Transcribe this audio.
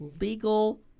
legal